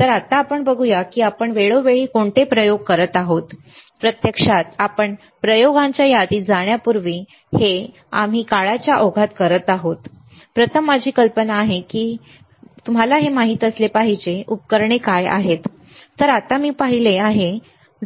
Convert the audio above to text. तर आता आपण बघूया की आपण वेळोवेळी कोणते प्रयोग करत आहोत प्रत्यक्षात आपण प्रयोगांच्या यादीत जाण्यापूर्वी जे आम्ही काळाच्या ओघात करत आहोत प्रथम माझी कल्पना आहे की तुम्हाला हे माहित असले पाहिजे उपकरणे काय आहेत तर आता मी पाहिले आहे